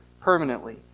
permanently